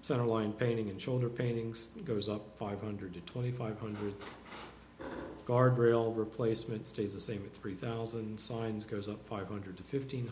so a line painting and shoulder painting still goes up five hundred twenty five hundred guardrail replacement stays the same with three thousand signs goes up five hundred fifteen